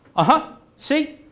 uh-huh, see,